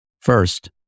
First